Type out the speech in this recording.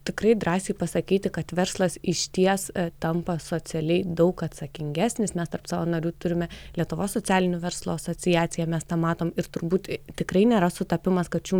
tikrai drąsiai pasakyti kad verslas išties tampa socialiai daug atsakingesnis mes tarp savo narių turime lietuvos socialinių verslo asociaciją mes tą matom ir turbūt tikrai nėra sutapimas kad šių